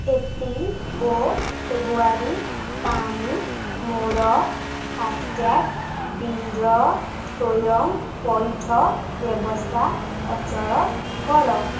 April ଓ February ପାଇଁ ମୋର ଫାସ୍ଟ୍ୟାଗ୍ ବିଲ୍ର ସ୍ଵୟଂ ପୈଠ ବ୍ୟବସ୍ଥା ଅଚଳ କର